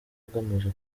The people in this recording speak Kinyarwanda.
agamije